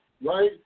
right